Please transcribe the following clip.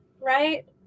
right